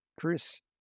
Chris